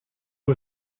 who